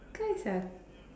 guys are